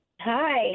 Hi